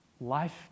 life